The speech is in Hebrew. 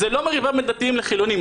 זה לא מריבה בין דתיים לחילוניים.